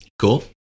Cool